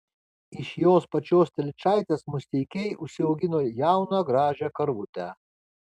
iš jos pačios telyčaitės musteikiai užsiaugino jauną gražią karvutę